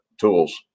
tools